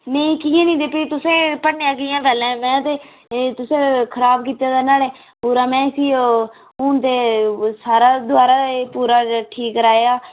नेईं कि'यां नेईं जेह्के तुसें भन्नेआ कि'यां पैह्ले में ते तुसें खराब कीता दा नाह्ड़े पूरा में इसी ओह् हून ते में इसी हून ते सारा दोबारा एह् पूरा ठीक कराया